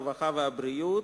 הרווחה והבריאות,